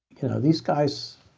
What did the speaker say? you know, these guys